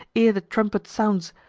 ere the trumpet sounds,